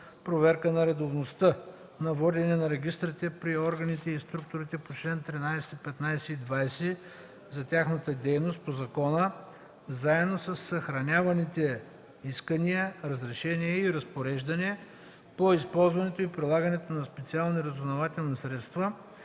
проверка на редовността на водене на регистрите при органите и структурите по чл. 13, 15 и 20 за тяхната дейност по закона заедно със съхраняваните искания, разрешения и разпореждания по използването и прилагането на специални разузнавателни средства,